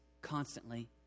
constantly